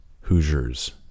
Hoosiers